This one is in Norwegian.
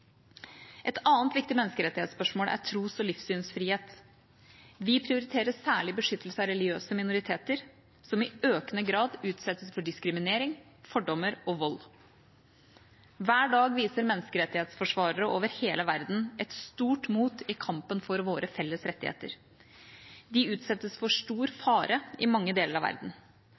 Et annet viktig menneskerettighetsspørsmål er tros- og livssynsfrihet. Vi prioriterer særlig beskyttelse av religiøse minoriteter, som i økende grad utsettes for diskriminering, fordommer og vold. Hver dag viser menneskerettighetsforsvarere over hele verden et stort mot i kampen for våre felles rettigheter. De utsettes for stor fare i mange deler av verden.